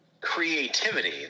creativity